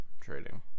trading